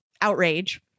outrage